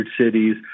cities